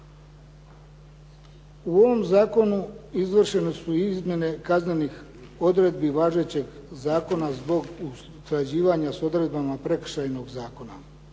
U ovom zakonu izvršene su izmjene kaznenih odredbe važećeg zakona zbog usklađivanja s odredbama Prekršajnog zakona.